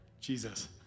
Jesus